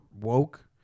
woke